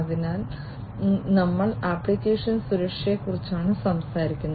അതിനാൽ ഞങ്ങൾ ആപ്ലിക്കേഷൻ സുരക്ഷയെക്കുറിച്ചാണ് സംസാരിക്കുന്നത്